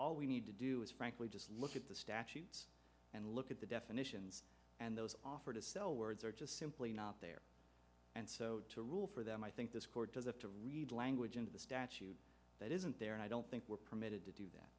all we need to do is frankly just look at the statutes and look at the definitions and those offer to sell words or just simply not there and so to rule for them i think this court does have to read language into the statute that isn't there and i don't think we're permitted to do that